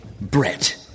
Brett